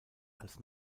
als